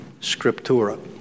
Scriptura